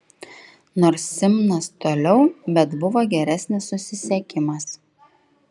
nors simnas toliau bet buvo geresnis susisiekimas